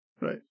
right